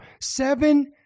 seven